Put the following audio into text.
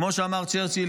כמו שאמר צ'רצ'יל,